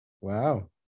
Wow